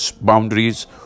boundaries